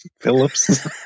Phillips